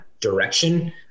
direction